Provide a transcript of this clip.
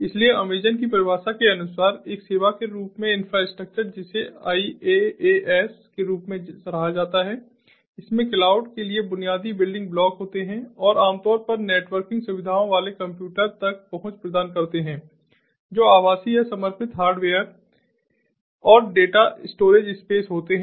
इसलिए अमेज़ॅन की परिभाषा के अनुसार एक सेवा के रूप में इन्फ्रास्ट्रक्चर जिसे आईएएएस के रूप में सराहा जाता है इसमें क्लाउड के लिए बुनियादी बिल्डिंग ब्लॉक होते हैं और आमतौर पर नेटवर्किंग सुविधाओं वाले कंप्यूटर तक पहुंच प्रदान करते हैं जो आभासी या समर्पित हार्डवेयर और डेटा स्टोरेज स्पेस होते हैं